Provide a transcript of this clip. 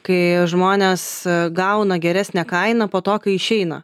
kai žmonės gauna geresnę kainą po to kai išeina